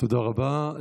תודה רבה.